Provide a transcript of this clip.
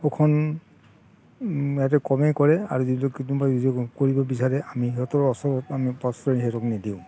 শোষণ এইটো কমেই কৰে আৰু যদি কোনোবাই কৰিব বিচাৰে আমি সিহঁতৰ ওচৰত আমি প্ৰশ্ৰয় সিহঁতক নিদিওঁ